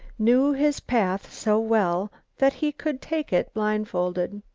knew his path so well that he could take it blindfolded.